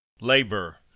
Labor